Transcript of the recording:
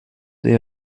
day